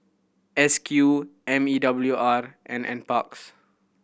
S Q M E W R and Nparks